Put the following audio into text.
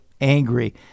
angry